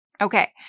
Okay